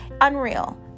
unreal